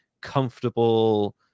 comfortable